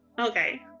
Okay